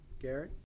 Garrett